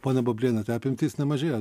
ponia bubliene tai apimtis nemažėja